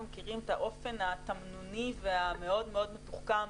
מכירים את האופן התמנוני והמאוד מאוד מתוחכם.